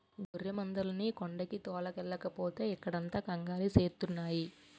గొర్రెమందల్ని కొండకి తోలుకెల్లకపోతే ఇక్కడంత కంగాలి సేస్తున్నాయి